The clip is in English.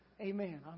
Amen